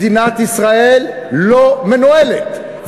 מדינת ישראל לא מנוהלת,